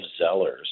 Zeller's